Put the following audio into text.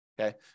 Okay